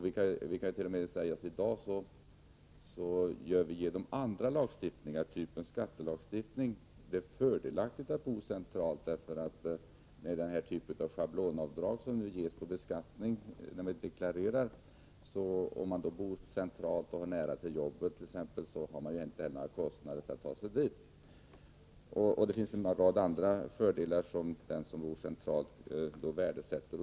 Vi kan t.o.m. säga att vi i dag genom annan lagstiftning, typ skattelagstiftning, gör det fördelaktigt att bo centralt. Det ges schablonavdrag när vi deklarerar. Om man bor centralt och har nära till sitt arbete har man inte någon kostnad för att ta sig dit. Det finns en rad andra fördelar som den som bor centralt värdesätter.